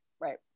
Right